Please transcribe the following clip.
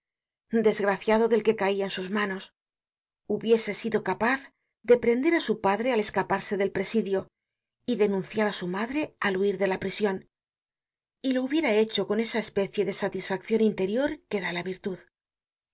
desgraciado del que caia en sus manos hubiese sido capaz de prender á su padre al escaparse del presidio y denunciar á su madre al huir de la prision y lo hubiera hecho con esa especie de satisfaccion interior que da la virtud